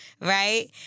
right